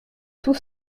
tous